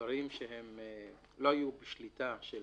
דברים שלא היו בשליטה של